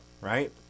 right